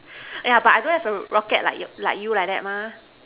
yeah but I don't have a rocket like you like you like that mah